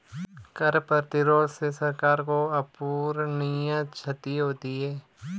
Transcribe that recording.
कर प्रतिरोध से सरकार को अपूरणीय क्षति होती है